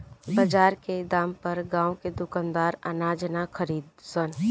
बजार के दाम पर गांव के दुकानदार अनाज ना खरीद सन